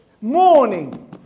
morning